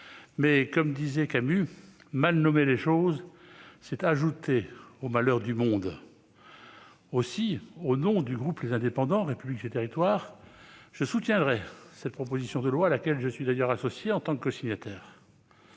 mais, comme disait Camus, « mal nommer les choses, c'est ajouter au malheur du monde ». Aussi, au nom du groupe Les Indépendants - République et Territoires, je soutiendrai cette proposition de loi, à laquelle je suis d'ailleurs associé en tant que cosignataire.